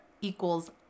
equals